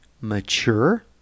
mature